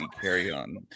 carry-on